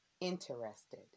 interested